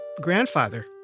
grandfather